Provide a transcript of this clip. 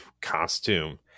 costume